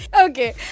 Okay